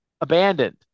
abandoned